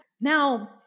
now